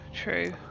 true